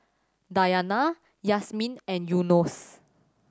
Dayana Yasmin and Yunos